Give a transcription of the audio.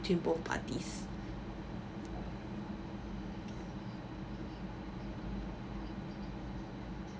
between both parties